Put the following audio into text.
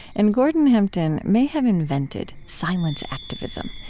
and gordon hempton may have invented silence activism,